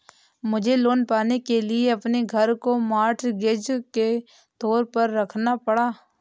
मुझे लोन पाने के लिए अपने घर को मॉर्टगेज के तौर पर रखना पड़ा